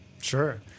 Sure